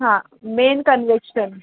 हां main convection